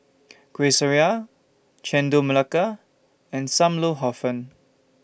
Kueh Syara Chendol Melaka and SAM Lau Hor Fun